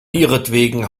ihretwegen